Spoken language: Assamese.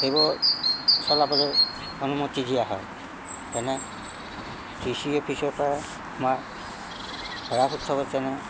সেইবোৰ চলাবলৈ অনুমতি দিয়া হয় যেনে ডি চি অফিচৰপৰা ৰাস উৎসৱত যেনে